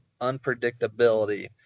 unpredictability